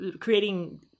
creating